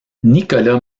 nicolas